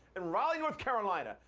in raleigh, north carolina,